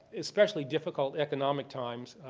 especially difficult economic times,